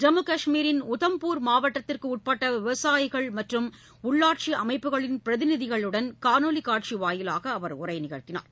ஜம்முகாஷ்மீரின் உதம்பூர் மாவட்டத்திற்குஉட்பட்டவிவசாயிகள் மற்றும் உள்ளாட்சிஅமைப்புகளின் பிரதிநிதிகளுடன் காணொலிக் காட்சிவாயிலாகஅவர் உரையாற்றினார்